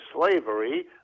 slavery